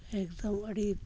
ᱮᱠᱫᱚᱢ ᱟᱹᱰᱤ